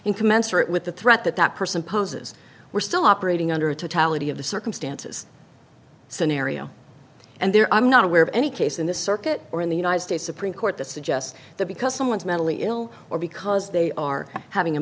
in commensurate with the threat that that person poses were still operating under to tally of the circumstances scenario and there i'm not aware of any case in the circuit or in the united states supreme court that suggests that because someone's mentally ill or because they are having a